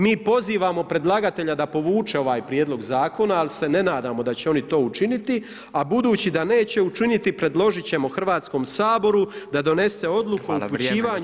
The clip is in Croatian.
Mi pozivamo predlagatelja da povuče ovaj Prijedlog Zakona, ali se ne nadamo da će oni to učiniti, a budući da neće učiniti predložit ćemo Hrvatskom saboru da donese odluku upućivanja